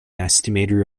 estimator